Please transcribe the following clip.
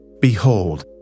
Behold